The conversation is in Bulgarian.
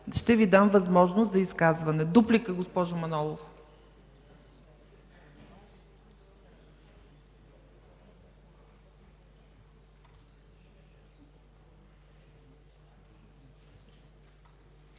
ще Ви дам възможност за изказване. Дуплика – госпожо Манолова.